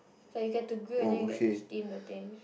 so you get to grill and then you get to steam the thing